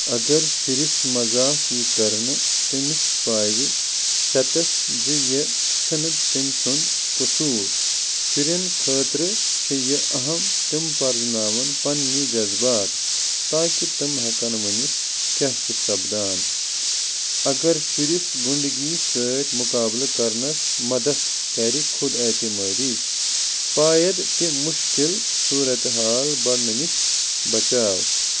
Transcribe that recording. اَگر شُرِس مزاق یی کَرنہٕ تٔمِس پاوِ ژٮ۪تَس زِ یہِ چھُنہٕ تٔمۍ سُنٛد قُصوٗر شُرٮ۪ن خٲطرٕ چھُ یہِ اہم تِم پرزٕناوَن پَنٛنی جزبات تاکہِ تِم ہٮ۪کَن ؤنِتھ کیٛاہ چھُ سَپدان اَگر شُرِس گُنٛڈگی سۭتۍ مقابلہٕ کَرنَس مدتھ کَرِ خود اعتمٲدی پایَد تہِ مُشکِل صوٗرَتہٕ حال بَڑنہٕ نِش بچاو